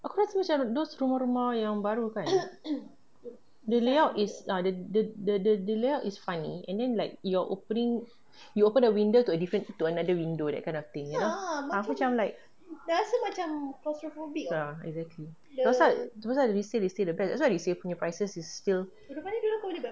cause macam those rumah-rumah yang baru kan the layout ya the the the layout is funny and then like if you're opening you open the window to a to another window that kind of thing aku macam like ya exactly pasal tu pasal we say resale the best that's why resale punya prices is still